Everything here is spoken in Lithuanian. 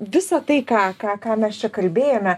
visą tai ką ką ką mes čia kalbėjome